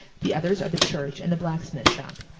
the others are the church and the blacksmith shop.